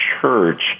church